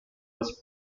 was